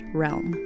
realm